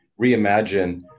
reimagine